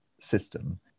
system